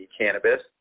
cannabis